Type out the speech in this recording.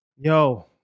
Yo